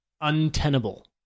untenable